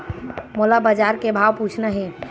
मोला बजार के भाव पूछना हे?